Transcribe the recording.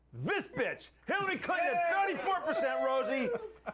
this bitch! hillary clinton at thirty four percent, rosie.